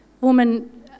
Woman